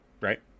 Right